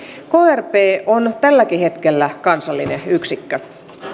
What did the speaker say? krp on tälläkin hetkellä kansallinen yksikkö